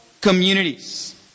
communities